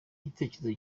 gitekerezo